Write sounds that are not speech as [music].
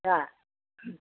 [unintelligible]